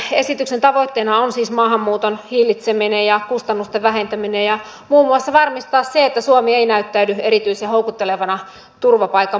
tämän esityksen tavoitteena on siis maahanmuuton hillitseminen ja kustannusten vähentäminen ja muun muassa varmistaa se että suomi ei näyttäydy erityisen houkuttelevana turvapaikan maana